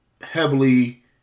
heavily